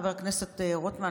חבר הכנסת רוטמן,